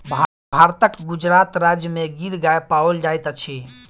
भारतक गुजरात राज्य में गिर गाय पाओल जाइत अछि